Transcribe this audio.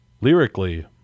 lyrically